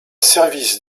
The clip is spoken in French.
service